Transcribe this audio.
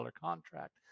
contract